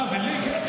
אה, לי, כן.